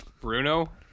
Bruno